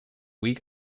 week